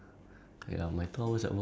um